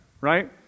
right